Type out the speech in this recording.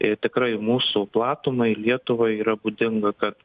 ir tikrai mūsų platumai lietuvai yra būdinga kad